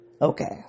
okay